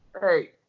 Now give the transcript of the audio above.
hey